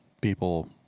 people